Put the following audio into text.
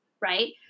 Right